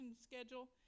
schedule